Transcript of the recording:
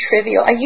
trivial